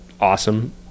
awesome